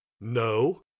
No